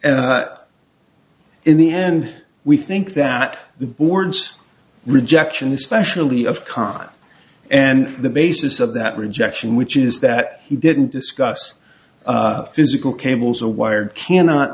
t in the end we think that the board's rejection especially of con and the basis of that rejection which is that he didn't discuss physical cables are wired cannot